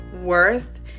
worth